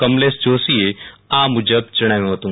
કમલેશ જોશીએ આ મુજબ જણાવ્યું હતું